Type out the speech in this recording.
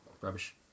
Rubbish